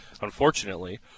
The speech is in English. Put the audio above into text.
unfortunately